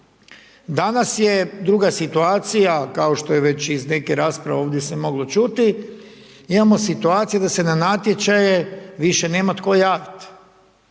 Danas je druga situacija, kao što je već iz neke rasprave ovdje se moglo čuti, imamo situaciju da se na natječaje više nema tko javiti.